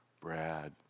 Brad